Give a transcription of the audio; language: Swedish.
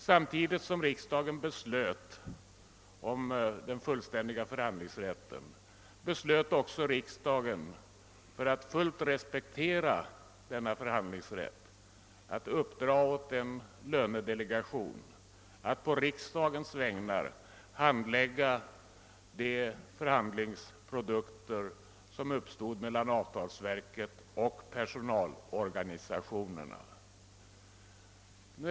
Samtidigt som riksdagen fattade beslut om den fullständiga förhandlingsrätten beslöt riksdagen också — för att fullt respektera denna förhandlingsrätt — att uppdra åt en lönedelegation att å riksdagens vägnar handlägga de förhandlingsprodukter som uppstod mellan avtalsverket och personalorganisationerna.